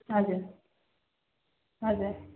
हजुर हजुर